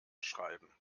schreiben